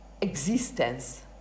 existence